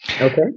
okay